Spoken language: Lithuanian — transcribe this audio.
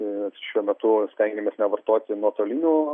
ir šiuo metu stengiamės nevartoti nuotolinių